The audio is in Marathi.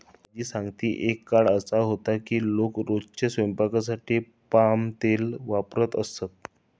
आज्जी सांगते की एक काळ असा होता की लोक रोजच्या स्वयंपाकासाठी पाम तेल वापरत असत